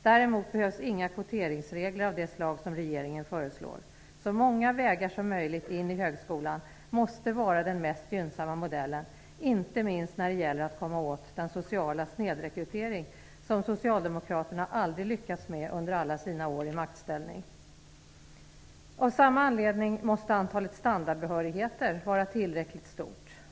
Däremot behövs inga kvoteringsregler av det slag som regeringen föreslår. Så många vägar som möjligt in i högskolan måste vara den mest gynnsamma modellen, inte minst när det gäller att komma åt den sociala snedrekryteringen, något som socialdemokraterna aldrig lyckats med under alla sina år i maktställning. Av samma anledning måste antalet standardbehörigheter vara tillräckligt stort.